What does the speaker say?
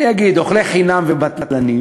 אני אגיד: אוכלי חינם ובטלנים,